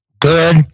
Good